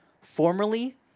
Formerly